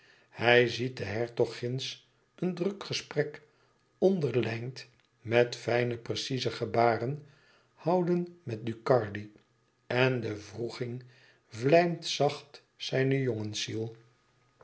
hij ziet den hertog ginds een druk gesprek onder lijn met fijne precieze gebaren houden met ducardi en de wroeging vlijmt zacht zijne